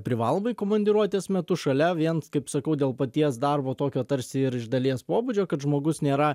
privalomai komandiruotės metu šalia vien kaip sakau dėl paties darbo tokio tarsi ir iš dalies pobūdžio kad žmogus nėra